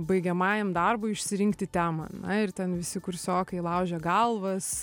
baigiamajam darbui išsirinkti temą na ir ten visi kursiokai laužė galvas